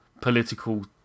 political